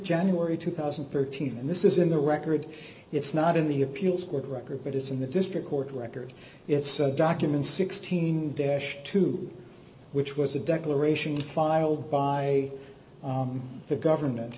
january two thousand and thirteen and this is in the record it's not in the appeals court record but is in the district court record it's documents sixteen dash two which was the declaration filed by the government